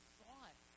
thought